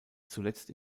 zuletzt